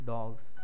Dogs